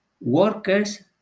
workers